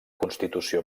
constitució